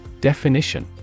Definition